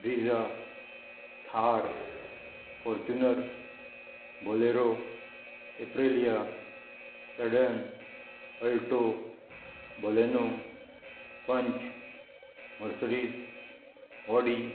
Brezza Thar Fortuner Bolero Aprilia sedan Alto Baleno Punch Mercedes वॉडी